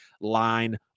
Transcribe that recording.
line